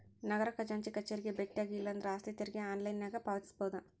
ನಗರ ಖಜಾಂಚಿ ಕಚೇರಿಗೆ ಬೆಟ್ಟ್ಯಾಗಿ ಇಲ್ಲಾಂದ್ರ ಆಸ್ತಿ ತೆರಿಗೆ ಆನ್ಲೈನ್ನ್ಯಾಗ ಪಾವತಿಸಬೋದ